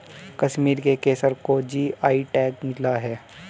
कश्मीर के केसर को जी.आई टैग मिला है